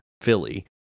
Philly